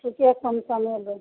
ठीके कम समयमे